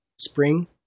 spring